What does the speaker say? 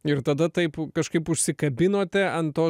ir tada taip kažkaip užsikabinote ant to